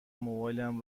موبایلم